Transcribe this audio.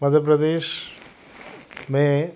मध्य प्रदेश में